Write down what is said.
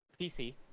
pc